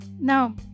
now